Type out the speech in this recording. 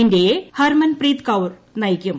ഇന്ത്യയെ ഹർമൻപ്രീത് കൌർ നയിക്കും